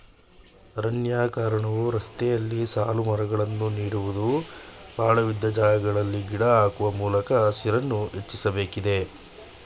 ಅರಣ್ಯೀಕರಣವು ರಸ್ತೆಯಲ್ಲಿ ಸಾಲುಮರಗಳನ್ನು ನೀಡುವುದು, ಪಾಳುಬಿದ್ದ ಜಾಗಗಳಲ್ಲಿ ಗಿಡ ಹಾಕುವ ಮೂಲಕ ಹಸಿರನ್ನು ಹೆಚ್ಚಿಸಬೇಕಿದೆ